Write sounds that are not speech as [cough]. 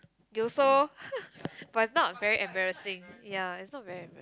you also [noise] but is not very embarrassing ya is not very embarra~